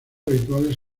habituales